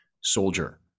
soldier